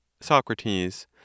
Socrates